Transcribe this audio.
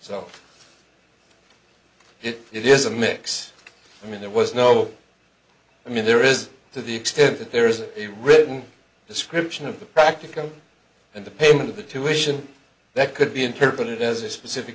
so it is a mix i mean there was no i mean there is to the extent that there is a written description of the practical and the payment of the tuition that could be interpreted as a specific